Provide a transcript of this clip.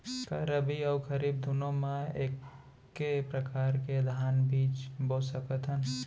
का रबि अऊ खरीफ दूनो मा एक्के प्रकार के धान बीजा बो सकत हन?